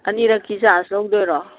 ꯑꯅꯤꯔꯛꯀꯤ charge ꯂꯧꯗꯣꯏꯔꯣ